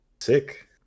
Sick